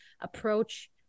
approach